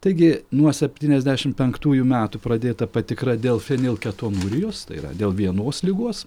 taigi nuo septyniasdešimt penktųjų metų pradėta patikra dėl fenilketonurijos tai yra dėl vienos ligos